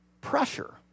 pressure